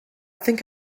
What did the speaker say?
think